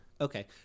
Okay